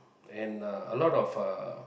and uh a lot of uh